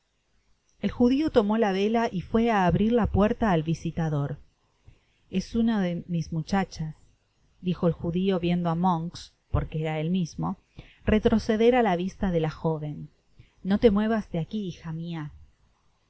el judio tomó la vela y fué á abrir la puerta al visitador es nna de mis muchachas dijo el judio viendo á monks porque era el mismo retroceder á la vista de la joven r no te muevas de aqui bija mia